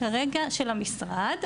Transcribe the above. כרגע של המשרד.